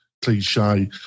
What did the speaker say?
cliche